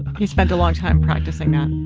he spent a long time practicing that